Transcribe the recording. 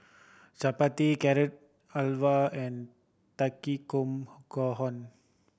Chapati Carrot Halwa and Takikomi Gohan